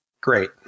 great